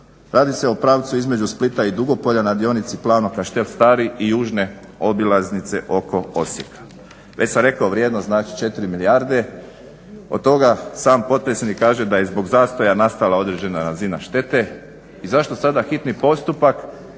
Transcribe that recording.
Radi se o pravcu između Splita i Dugopolja na dionici Plano-Kaštel Stari i južne obilaznice oko Osijeka. Već sam rekao vrijednost, znači 4 milijarde, od toga sam potpredsjednik kaže da je zbog zastoja nastala određena razina štete i zašto sada hitni postupak